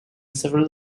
several